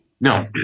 No